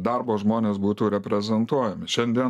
darbo žmonės būtų reprezentuojami šiandien